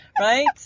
Right